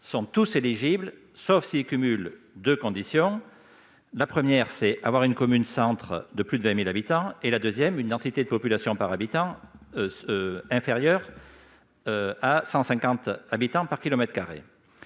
sont tous éligibles, sauf s'ils cumulent deux conditions : avoir une commune centre de plus de 20 000 habitants et avoir une densité de population par habitant supérieure à 150 habitants par kilomètre carré.